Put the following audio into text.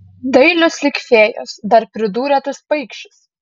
dailios lyg fėjos dar pridūrė tas paikšis